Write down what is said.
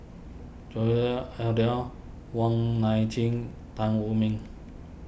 Wong Nai Chin Tan Wu Meng